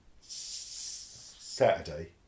Saturday